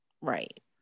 Right